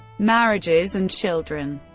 marriages and children